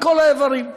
מכל האיברים?